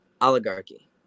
oligarchy